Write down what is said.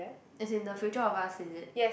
as in the future of us is it